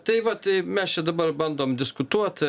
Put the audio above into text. tai vat tai mes čia dabar bandom diskutuot